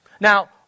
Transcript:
Now